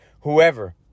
whoever